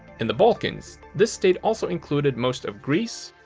in the balkans, this state also included most of greece,